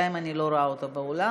בינתיים אני לא רואה אותו באולם,